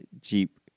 Jeep